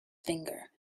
finger